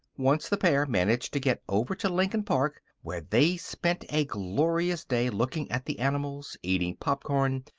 once the pair managed to get over to lincoln park, where they spent a glorious day looking at the animals, eating popcorn,